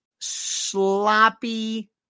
sloppy